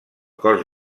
cos